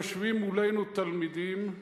יושבים מולנו תלמידים,